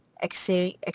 X-ray